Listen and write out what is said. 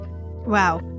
Wow